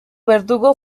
verdugo